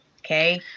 okay